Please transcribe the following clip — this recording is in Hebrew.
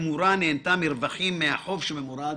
ובתמורה נהנתה מרווחים מהחוב שבמורד